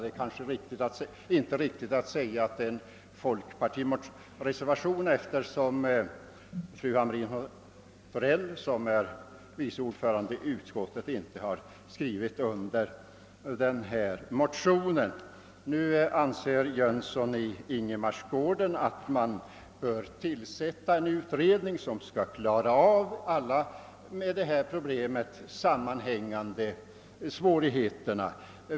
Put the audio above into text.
Det kanske inte är riktigt att tala om en folkpartireservation, eftersom fru Hamrin-Thorell, som är vice ordförande i utskottet, inte har skrivit under denna reservation. Herr Jönsson i Ingemarsgården anser att det bör tillsättas en utredning som skall klara av alla med detta problem sammanhängande. svårigheter.